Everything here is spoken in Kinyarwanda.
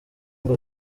ngo